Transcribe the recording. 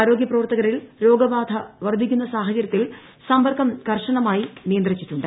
ആരോഗ്യ പ്രവർത്തകരിൽ രോഗബാധ വർധിക്കുന്ന സാഹചര്യത്തിൽ സമ്പർക്കം കർശനമായി നിയന്ത്രിച്ചിട്ടുണ്ട്